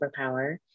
superpower